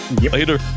Later